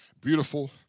beautiful